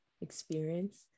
experience